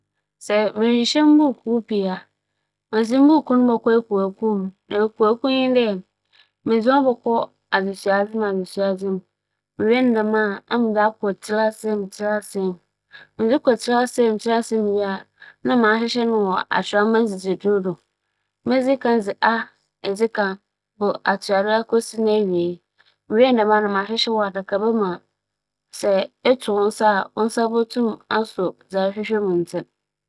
Mbuukuu bi dͻͻso na merehyehyɛ a, dza mebɛyɛ nye dɛ, mebedzi kan m'ahwɛ buukuu no n'akɛse na m'akyekyɛ mu akͻ nketsewa na akɛse. ͻno ekyir no mobͻhwɛ buukuu no n'ahoͻdzen a okitsa dɛ akyɛr ma agogow anaa ͻyɛ fofor ntsi no ho no yɛ dzen. Na merehyehyɛ a, medze akɛse no bogu ase na medze nketsewa no egu sor na dza no ho gow no so maa ma akͻ sor na ma no ho yɛ dzen no akͻ ase ma ͻbɛyɛ a ͻnkɛtsetsew.